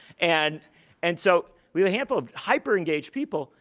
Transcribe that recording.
and and so we have a handful of hyper-engaged people.